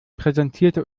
präsentierte